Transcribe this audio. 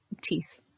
teeth